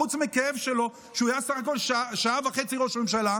חוץ מהכאב שלו על זה שהוא היה בסך הכול שעה וחצי ראש ממשלה,